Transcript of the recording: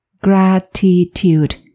gratitude